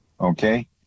Okay